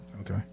Okay